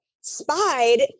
spied